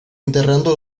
enterrando